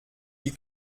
die